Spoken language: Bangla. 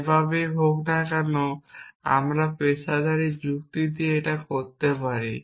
যেভাবেই হোক না কেন আমরা পেশাদার যুক্তি দিয়ে এটা করতে পারি